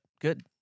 good